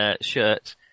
shirt